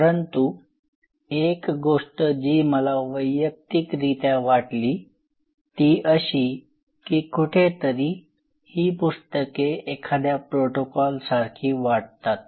परंतु एक गोष्ट जी मला वैयक्तिकरीत्या वाटली ती अशी की कुठेतरी ही पुस्तके एखाद्या प्रोटोकॉल सारखी वाटतात